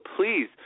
please